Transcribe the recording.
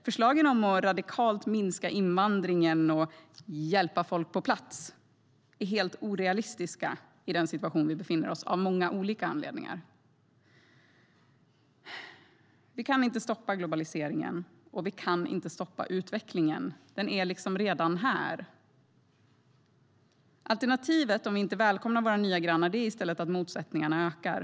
Förslagen om att radikalt minska invandringen och "hjälpa folk på plats" är helt orealistiska i den situation vi befinner oss i, av många olika anledningar. Vi kan inte stoppa globaliseringen, och vi kan inte stoppa utvecklingen. Den är redan här. Alternativet, om vi inte välkomnar våra nya grannar, är i stället att motsättningarna ökar.